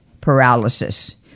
paralysis